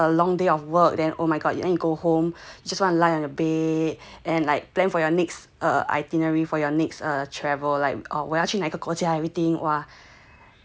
after a long day of work then oh my god you and you go home 就算 lie on the bed and like plan for your next err itinerary for your next err travel like or 我要去哪一个国家 everything !wah!